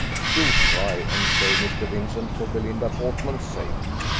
do try and save mr. vincent, for belinda portman's sake.